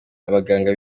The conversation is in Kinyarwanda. abaganga